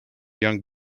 young